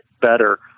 better